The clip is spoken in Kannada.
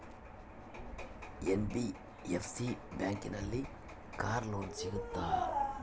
ಎನ್.ಬಿ.ಎಫ್.ಸಿ ಬ್ಯಾಂಕಿನಲ್ಲಿ ಕಾರ್ ಲೋನ್ ಸಿಗುತ್ತಾ?